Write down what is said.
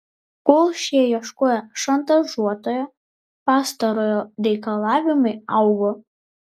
kol šie ieškojo šantažuotojo pastarojo reikalavimai augo